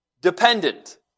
Dependent